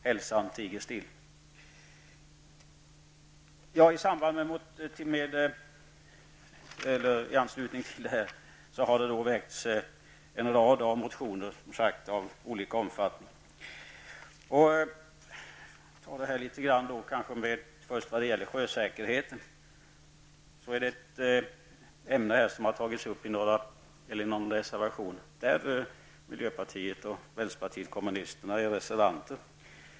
Hälsan tiger still. I anslutning till detta har det väckts en rad motioner av olika omfattning. Jag vill först ta upp frågan om sjösäkerheten. Det är ett ämne som har tagits upp i en reservation där miljöpartiet och vänsterpartiet är reservanter.